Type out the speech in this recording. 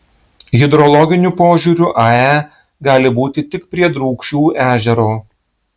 hidrologiniu požiūriu ae gali būti tik prie drūkšių ežero